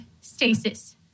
stasis